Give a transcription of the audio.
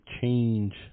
change